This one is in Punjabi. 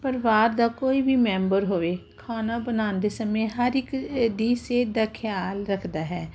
ਪਰਿਵਾਰ ਦਾ ਕੋਈ ਵੀ ਮੈਂਬਰ ਹੋਵੇ ਖਾਣਾ ਬਣਾਉਣ ਦੇ ਸਮੇਂ ਹਰ ਇੱਕ ਦੀ ਸਿਹਤ ਦਾ ਖਿਆਲ ਰੱਖਦਾ ਹੈ